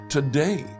Today